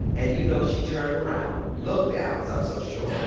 and, you know, she turned around, looked down cause i'm so short.